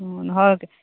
ধৰক